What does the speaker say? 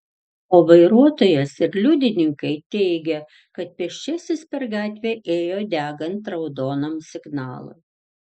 o vairuotojas ir liudininkai teigia kad pėsčiasis per gatvę ėjo degant raudonam signalui